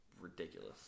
ridiculous